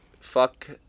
fuck